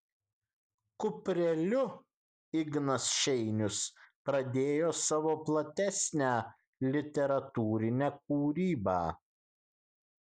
kupreliu ignas šeinius pradėjo savo platesnę literatūrinę kūrybą